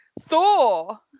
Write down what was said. Thor